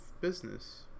business